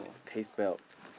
taste well